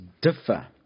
differ